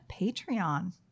Patreon